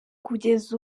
kugeza